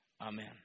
Amen